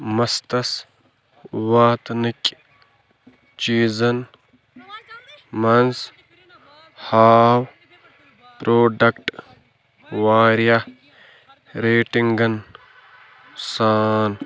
مستَس واتنٕکۍ چیٖزن مَنٛز ہاو پرٛوڈکٹ وارِیاہ ریٹنٛگن سان